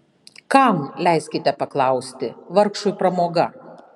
kam leiskite paklausti vargšui pramoga